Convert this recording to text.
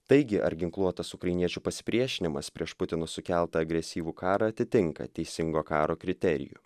taigi ar ginkluotas ukrainiečių pasipriešinimas prieš putino sukeltą agresyvų karą atitinka teisingo karo kriterijų